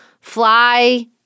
fly